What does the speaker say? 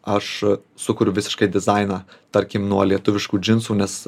aš sukuriu visiškai dizainą tarkim nuo lietuviškų džinsų nes